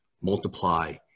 multiply